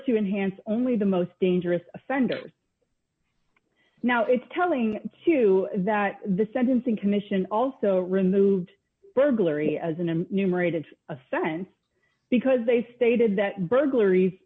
to enhance only the most dangerous offenders now it's telling too that the sentencing commission also removed burglary as an m numerated offense because they stated that burglaries